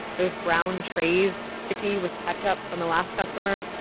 those brown trays, sticky with ketchup from the last customer,